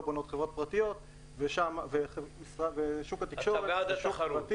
לא בונות חברות פרטיות ושוק התקשורת הוא שוק פרטי.